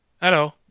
hello